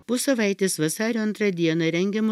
po savaitės vasario antrą dieną rengiama